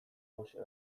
hauxe